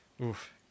Oof